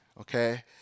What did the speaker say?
okay